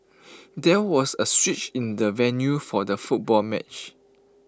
there was A switch in the venue for the football match